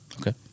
Okay